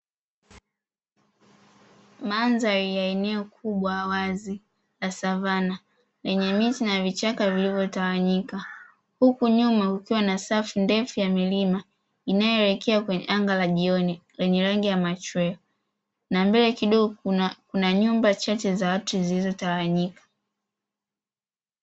Mandhari ya eneo kubwa wazi la savana lenye miti na vichaka vilivyotawanyika, huku nyuma kukiwa na safu ndefu ya milima inaoelekea kwenye anga la jioni lenye rangi ya machweo, na mbele kidogo kuna nyumba chache za watu zilizotawanyika.